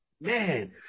man